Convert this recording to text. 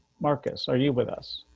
marcus. are you with us.